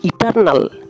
eternal